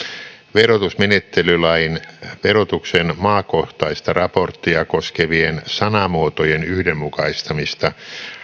verotusmenettelylain verotuksen maakohtaista raporttia koskevien sanamuotojen yhdenmukaistamista